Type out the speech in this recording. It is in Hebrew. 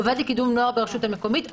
עובד לקידום נוער ברשות מקומית,